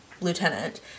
lieutenant